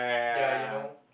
ya you know